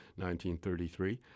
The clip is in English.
1933